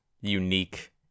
unique